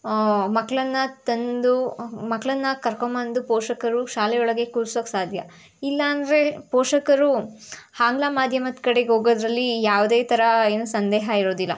ಮಕ್ಕಳನ್ನ ತಂದು ಮಕ್ಕಳನ್ನ ಕರ್ಕೊಂಡ್ಬಂದು ಪೋಷಕರು ಶಾಲೆ ಒಳಗೆ ಕೂರ್ಸೋಕ್ಕೆ ಸಾಧ್ಯ ಇಲ್ಲಾಂದರೆ ಪೋಷಕರು ಆಂಗ್ಲ ಮಾಧ್ಯಮದ ಕಡೆಗೆ ಹೋಗೋದರಲ್ಲಿ ಯಾವುದೇ ಥರ ಏನು ಸಂದೇಹ ಇರೋದಿಲ್ಲ